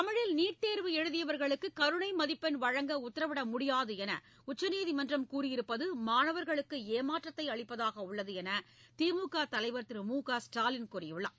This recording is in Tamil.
தமிழில் நீட் தேர்வு எழுதியவர்களுக்கு கருணை மதிப்பெண் வழங்க உத்தரவிடமுடியாது என உச்சநீதிமன்றம் கூறியிருப்பது மாணவர்களுக்கு ஏமாற்றத்தை அளிப்பதாக உள்ளது என திமுக தலைவர் திரு மு க ஸ்டாலின் கூறியுள்ளார்